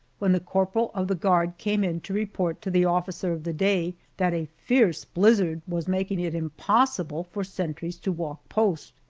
when the corporal of the guard came in to report to the officer of the day, that a fierce blizzard was making it impossible for sentries to walk post.